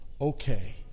okay